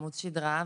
ועמוד שדרה.